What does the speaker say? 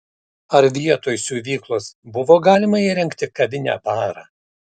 ar vietoj siuvyklos buvo galima įrengti kavinę barą